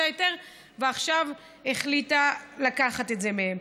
ההיתר ועכשיו החליטה לקחת את זה מהם.